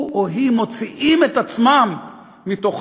הוא או היא מוציאים את עצמם מתוכה.